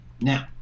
Now